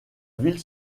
ville